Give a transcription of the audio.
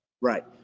Right